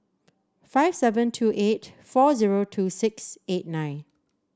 five seven two eight four zero two six eight nine